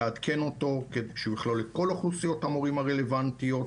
לעדכן אותו כדי שהוא יכלול את כל אוכלוסיות המורים הרלוונטיות,